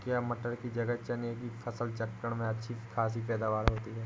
क्या मटर की जगह चने की फसल चक्रण में अच्छी खासी पैदावार होती है?